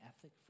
ethic